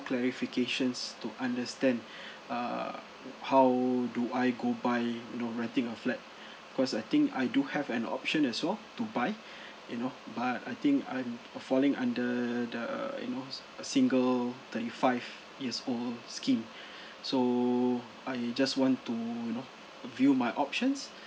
clarifications to understand err how do I go by you know renting a flat cause I think I do have an option as well to buy you know but I think I'm falling under the you know uh single thirty five years old scheme so I just want to you know view my options